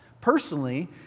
personally